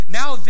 now